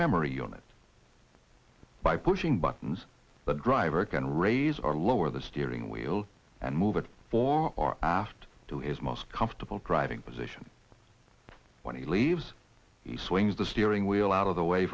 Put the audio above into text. memory on it by pushing buttons the driver can raise or lower the steering wheel and move it for are asked to is most comfortable driving position when he leaves he swings the steering wheel out of the way